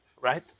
Right